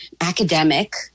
academic